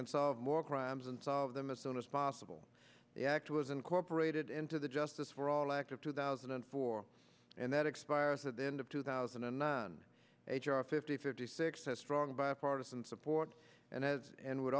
can solve more crimes and solve them as soon as possible the act was incorporated into the justice for all act of two thousand and four and that expires at the end of two thousand and nine h r fifty fifty six has strong bipartisan support and has and w